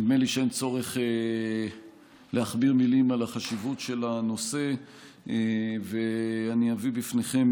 נדמה לי שאין צורך להכביר מילים על החשיבות של הנושא ואני אביא בפניכם